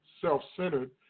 self-centered